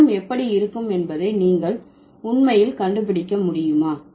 நிறம் எப்படி இருக்கும் என்பதை நீங்கள் உண்மையில் கண்டுபிடிக்க முடியுமா